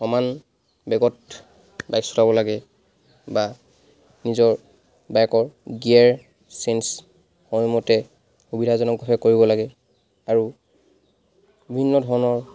সমান বেগত বাইক চলাব লাগে বা নিজৰ বাইকৰ গিয়েৰ চেঞ্জ ভালমতে সুবিধাজনকভাৱে কৰিব লাগে আৰু বিভিন্ন ধৰণৰ